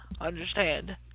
understand